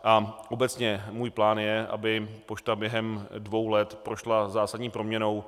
A obecně můj plán je, aby pošta během dvou let prošla zásadní proměnou.